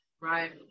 right